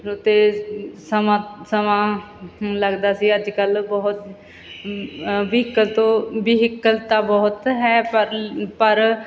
ਅਤੇ ਸਮਾਂ ਸਮਾਂ ਮੈਨੂੰ ਲੱਗਦਾ ਸੀ ਅੱਜ ਕੱਲ੍ਹ ਬਹੁਤ ਵਹੀਕਲ ਤੋਂ ਵਹੀਕਲ ਤਾ ਬਹੁਤ ਹੈ ਪਰ ਪਰ